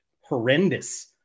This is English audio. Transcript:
horrendous